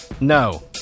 No